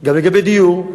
גם לגבי דיור.